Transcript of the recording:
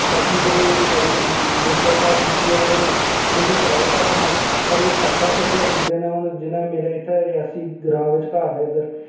बाकी जेह्ड़ी साढ़ी जेकेएसआरटीसी आह्ले न इं'दे किराए घट्ट न पर एह् स्टॉप पर गै रुक्कदे न जि'यां मेरे रियासी ग्रांऽ बिच्च घर ऐ इद्धर